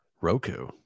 roku